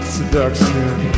Seduction